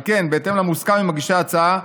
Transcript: על כן, בהתאם למוסכם עם מגישי ההצעה,